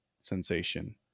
sensation